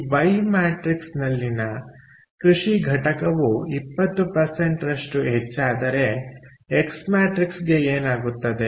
ಈ ವೈ ಮ್ಯಾಟ್ರಿಕ್ಸ್ನಲ್ಲಿನ ಕೃಷಿ ಘಟಕವು 20 ರಷ್ಟು ಹೆಚ್ಚಾದರೆ ಎಕ್ಸ್ ಮ್ಯಾಟ್ರಿಕ್ಸ್ಗೆ ಏನಾಗುತ್ತದೆ